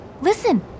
listen